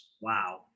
Wow